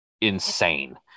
insane